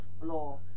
floor